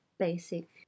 Basic